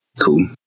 Cool